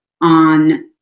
on